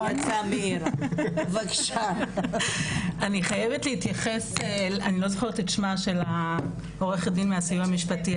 אני חייבת להתייחס לדבריה של עוה"ד מהסיוע המשפטי,